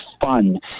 fun